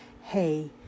Hey